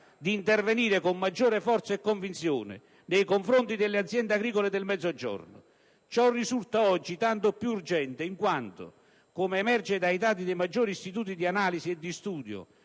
di intervenire con maggiore forza e convinzione nei confronti delle aziende agricole del Mezzogiorno. Ciò risulta oggi tanto più urgente in quanto, come emerge dai dati dei maggiori istituti di analisi e di studio,